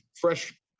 fresh